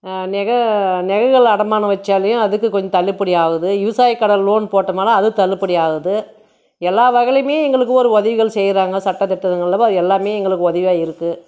நகைகள் அடமானம் வெச்சாலியும் அதுக்கு கொஞ்சம் தள்ளுபடி ஆகுது விவசாயக் கடன் லோன் போட்டோமுனா அதுவும் தள்ளுபடி ஆகுது எல்லா வகையிலேயுமே எங்களுக்கு ஒரு உதவிகள் செய்கிறாங்க சட்டத் திட்டங்கள் அல்லவா எல்லாமேம் எங்களுக்கு உதவியா இருக்கு